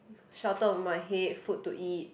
shelter on my head food to eat